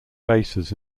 bases